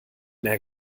mehr